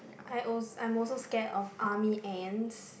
I als~ I'm also scared of army ants